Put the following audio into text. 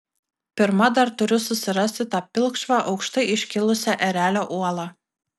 pirma dar turiu susirasti tą pilkšvą aukštai iškilusią erelio uolą